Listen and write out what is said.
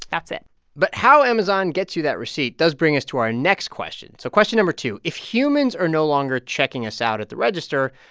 that's it but how amazon gets you that receipt does bring us to our next question. so question number two if humans are no longer checking us out at the register,